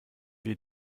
wir